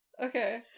Okay